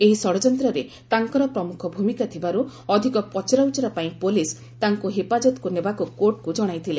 ଏହି ଷଡ଼ଯନ୍ତ୍ରରେ ତାଙ୍କର ପ୍ରମୁଖ ଭୂମିକା ଥିବାରୁ ଅଧିକ ପଚରା ଉଚରା ପାଇଁ ପୁଲିସ୍ ତାଙ୍କୁ ହେପାଜତକୁ ନେବାକୁ କୋର୍ଟଙ୍କୁ ଜଣାଇଥିଲେ